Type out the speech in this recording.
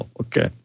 Okay